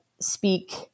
speak